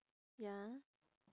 ya